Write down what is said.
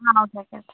ആ okay okay